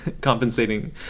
compensating